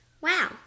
Wow